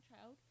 child